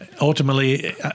ultimately